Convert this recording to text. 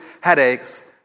headaches